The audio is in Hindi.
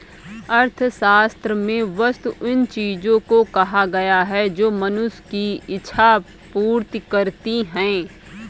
अर्थशास्त्र में वस्तु उन चीजों को कहा गया है जो मनुष्य की इक्षा पूर्ति करती हैं